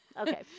Okay